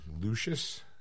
Lucius